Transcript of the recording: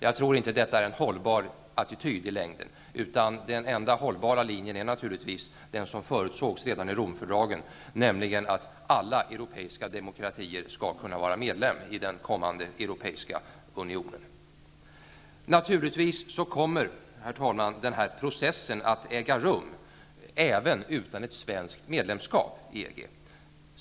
Jag tror inte att detta i längden är en hållbar attityd, utan den enda hållbara linjen är naturligtvis den som förutsågs redan i Romfördragen, nämligen att alla europeiska demokratier skall kunna vara medlemmar i den kommande europeiska unionen. Naturligtvis kommer, herr talman, den här processen att äga rum även utan ett svenskt medlemskap i EG.